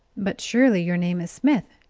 but surely your name is smith?